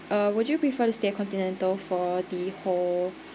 uh would you prefer to stay continental for the whole